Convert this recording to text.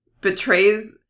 betrays